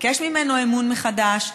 לבקש ממנו אמון מחדש.